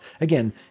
again